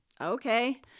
Okay